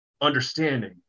understanding